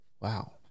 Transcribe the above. wow